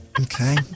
okay